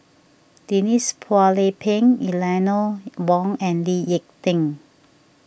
Denise Phua Lay Peng Eleanor Wong and Lee Ek Tieng